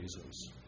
Jesus